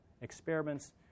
experiments